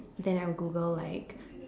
then I would Google like